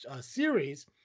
series